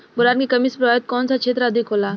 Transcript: Boron के कमी से प्रभावित कौन सा क्षेत्र अधिक होला?